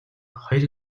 хоёр